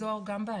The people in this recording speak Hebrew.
וזו גם בעיה.